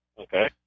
okay